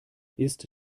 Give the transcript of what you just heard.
ist